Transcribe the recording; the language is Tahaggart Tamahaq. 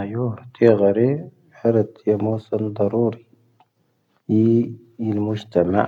ⴰⵉⵢo, ⵜⴻⴳⴰⵔⴻ, ⵀⴰⵔⴰⵜ ⵢⴰⵎoⵙⴰ ⴰⵍ ⴷⴰⵔoⵔⵉ, ⵉⵉ ⵉⵍⵎⵓⵊⵜⴰⵎⴰ.